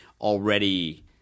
already